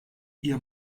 ihr